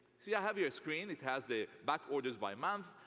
see i have your screen. it has the backorders by month.